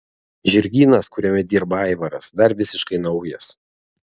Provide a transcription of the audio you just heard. žirgynas kuriame dirba aivaras dar visiškai naujas